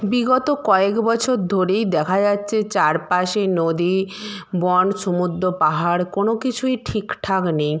বিগত কয়েক বছর ধরেই দেখা যাচ্ছে চারপাশে নদী বন সমুদ্র পাহাড় কোনো কিছুই ঠিক ঠাক নেই